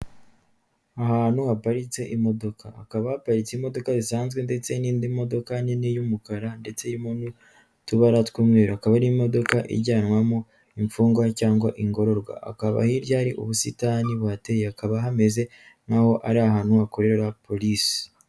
Ahantu haparitse imodoka, hakaba haparitse imodoka zisanzwe ndetse n'indi modoka nini y'umukara ndetse irimo n'utubara tw'umweru. Akaba ari imodoka ijyanwamo imfungwa cyangwa ingororwa, akaba hirya hari ubusitani buhateye, akaba hameze nk'aho ari ahantu hakorera polilisi.